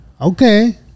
okay